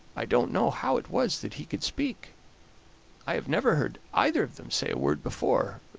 i don't know how it was that he could speak i have never heard either of them say a word before,